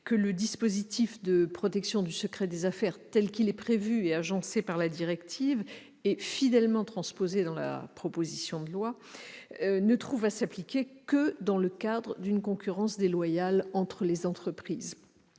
que le dispositif de protection du secret des affaires, tel qu'il est prévu et agencé par la directive et fidèlement transposé dans la proposition de loi, ne trouve à s'appliquer que dans le cadre d'une concurrence déloyale entre entreprises.